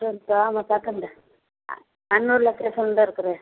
சொல்லுப்பா அந்த பக்கத்தில் ஆ அன்னூர் லொகேஷன்ல தான் இருக்கிறேன்